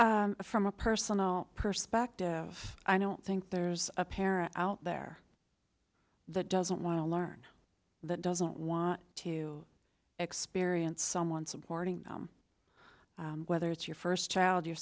it's from a personal perspective i don't think there's a parent out there that doesn't want to learn that doesn't want to experience someone supporting them whether it's your first child your